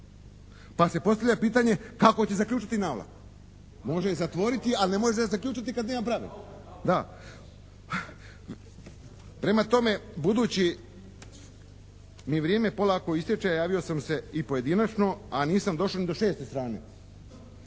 pa se postavlja pitanje kako će zaključati navlaku? Može je zatvoriti, ali ne može je se zaključati kad nema brave. Prema tome, budući mi vrijeme polako istječe javio sam se i pojedinačno, a nisam došao ni do 6. strane.